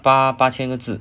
八八千个字